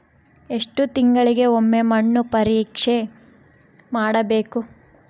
ಎಷ್ಟು ತಿಂಗಳಿಗೆ ಒಮ್ಮೆ ಮಣ್ಣು ಪರೇಕ್ಷೆ ಮಾಡಿಸಬೇಕು?